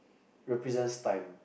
represents time